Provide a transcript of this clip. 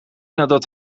nadat